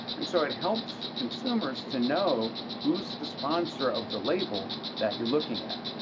and so it helps consumers to know who's the sponsor of the label that you're looking at.